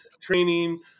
training